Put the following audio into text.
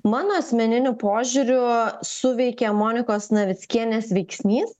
mano asmeniniu požiūriu suveikė monikos navickienės veiksnys